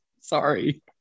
sorry